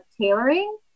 tailoring